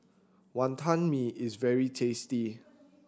Wantan Mee is very tasty